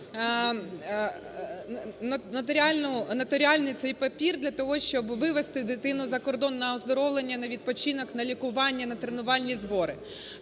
нотаріальний цей папір для того, щоб вивести дитину за кордон на оздоровлення, на відпочинок, на лікування, на тренувальні збори.